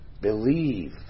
believe